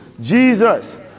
Jesus